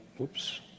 oops